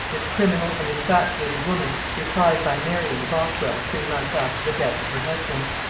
this criminal and infatuated woman replied by marrying bothwell three months after the death of her husband.